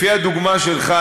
לפי הדוגמה שלך,